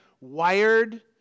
wired